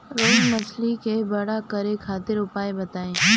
रोहु मछली के बड़ा करे खातिर उपाय बताईं?